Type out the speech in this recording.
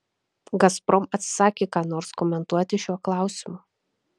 gazprom atsisakė ką nors komentuoti šiuo klausimu